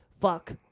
fuck